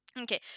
Okay